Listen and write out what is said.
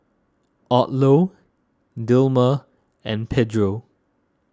Odlo Dilmah and Pedro